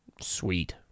sweet